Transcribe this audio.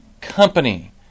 company